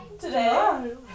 today